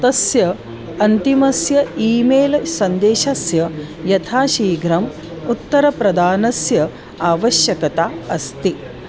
तस्य अन्तिमस्य email सन्देशस्य यथाशीघ्रम् उत्तरप्रदानस्य आवश्यकता अस्ति